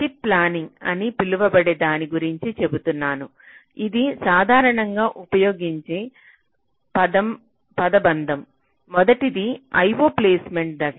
chip planning అని పిలువబడే దాని గురించి చెబుతున్నాను ఇది సాధారణంగా ఉపయోగించే పదబంధం మొదటిది IO ప్లేస్మెంట్IO placement దశ